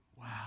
wow